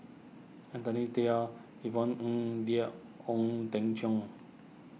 Anthony Tayer Yvonne Ng there Ong Teng Cheong